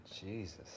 jesus